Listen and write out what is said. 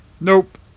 Nope